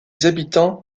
habitants